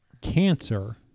cancer